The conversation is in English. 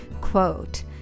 quote